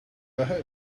ahead